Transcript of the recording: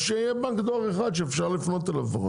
אז שיהיה בנק דואר אחד שאפשר לפנות אליו.